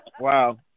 wow